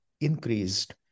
increased